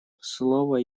слово